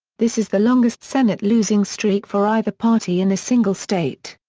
this is the longest senate losing streak for either party in a single state.